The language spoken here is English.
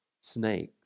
snakes